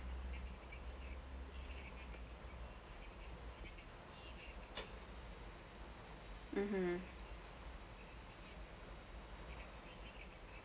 mmhmm